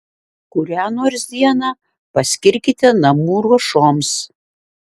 kurią nors dieną paskirkite namų ruošoms